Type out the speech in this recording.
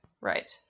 Right